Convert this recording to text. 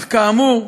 אך כאמור,